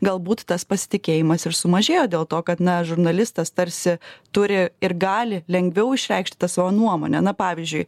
galbūt tas pasitikėjimas ir sumažėjo dėl to kad na žurnalistas tarsi turi ir gali lengviau išreikšti tą savo nuomonę na pavyzdžiui